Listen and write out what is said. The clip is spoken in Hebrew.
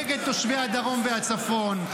נגד תושבי הדרום והצפון.